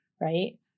right